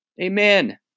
Amen